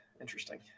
Interesting